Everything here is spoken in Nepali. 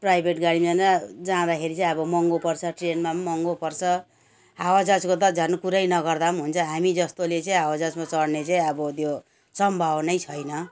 प्राइभेट गाडी जाँदाखेरि चाहिँ अब महँगो पर्छ ट्रेनमा पनि महँगो पर्छ हावाजहाजको त झन् कुरै नगर्दा पनि हुन्छ हामी जस्तोले चाहिँ हावाजहाजमा चढ्ने चाहिँ अब त्यो सम्भावनै छैन